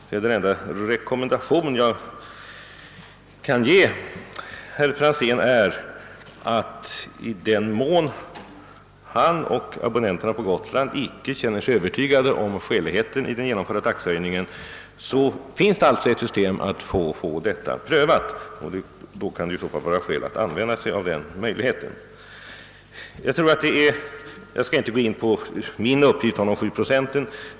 Den enda rekommendation jag kan ge herr Franzén i Träkumla är att också han och abonnenterna på Gotland, i den mån de icke känner sig övertygade om skäligheten i den genomförda taxehöjningen, kan använda denna möjlighet. Jag skall inte närmare gå in på min uppgift om de 7 procenten.